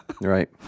right